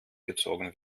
gezogen